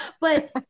but-